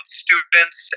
students